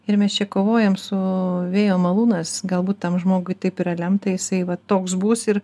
ir mes čia kovojam su vėjo malūnas galbūt tam žmogui taip yra lemta jisai va toks bus ir